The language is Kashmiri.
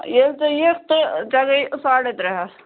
ییٚلہِ ژٕ یِکھ تہٕ ژےٚ گٔیی سَاڈے ترےٚ ہَتھ